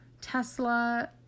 Tesla